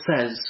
says